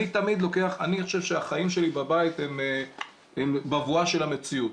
אני חושב שהחיים שלי בבית הן בבואה של המציאות.